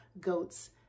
goats